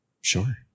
sure